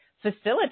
facilitate